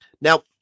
Now